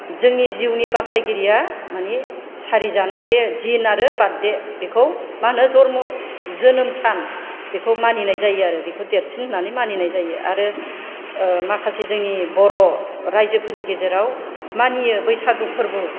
जोंनि जिउनि बासायगिरिया माने सारि जानाय बे दिन बार्थडे आरो बे बेखौ जोनोम सान बेखौ मानिनाय जायो आरो बेखौ देरसिन होननानै मानिनाय जायो आरो माखासे जोंनि बर' रायजोफोरनि गेजेराव मानियो बैसागु फोरबो